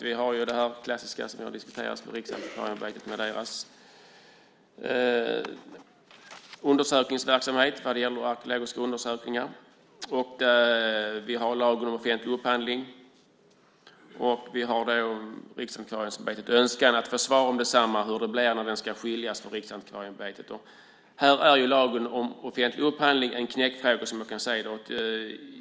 Vi har det klassiska som har diskuterats i riksdagen, undersökningsverksamhet vad gäller arkeologiska undersökningar där vi har lagen om offentlig upphandling, och vi har Riksantikvarieämbetets önskan att få svar hur det blir när den ska skiljas från Riksantikvarieämbetet. Här är lagen om offentlig upphandling en knäckfråga.